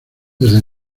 desde